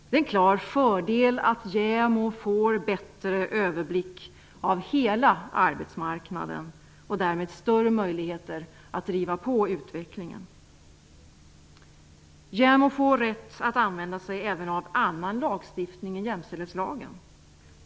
Det är en klar fördel att JämO får bättre överblick över hela arbetsmarknaden och därmed större möjligheter att driva på utvecklingen. --JämO får rätt att använda sig även av annan lagstiftning än jämställdhetslagen.